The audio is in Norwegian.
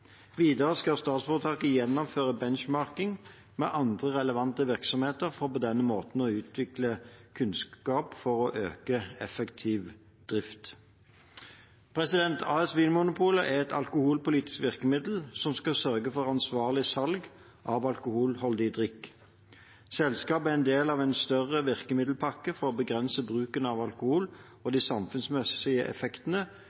Videre skal statsforetaket gjennomføre benchmarking med andre relevante virksomheter for på denne måten å utvikle kunnskap for økt effektiv drift. AS Vinmonopolet er et alkoholpolitisk virkemiddel som skal sørge for ansvarlig salg av alkoholholdig drikk. Selskapet er en del av en større virkemiddelpakke for å begrense bruken av alkohol, og